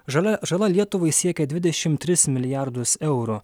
žala žala lietuvai siekia dvidešim tris milijardus eurų